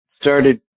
started